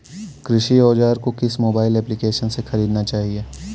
कृषि औज़ार को किस मोबाइल एप्पलीकेशन से ख़रीदना चाहिए?